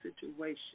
situation